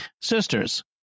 sisters